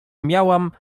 miałam